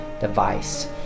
device